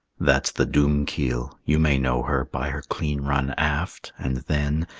that's the doomkeel. you may know her by her clean run aft and, then,